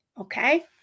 Okay